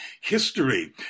history